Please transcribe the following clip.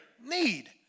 need